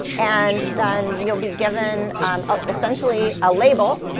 and then you'll be given um ah essentially a label,